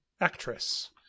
actress